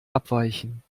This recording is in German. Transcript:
abweichen